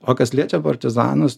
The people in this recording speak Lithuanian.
o kas liečia partizanus